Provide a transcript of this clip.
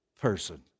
person